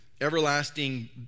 everlasting